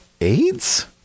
AIDS